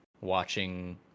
watching